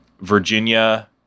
Virginia